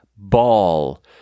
ball